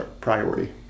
priority